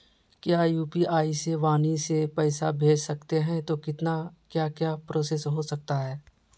क्या यू.पी.आई से वाणी से पैसा भेज सकते हैं तो कितना क्या क्या प्रोसेस हो सकता है?